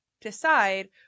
decide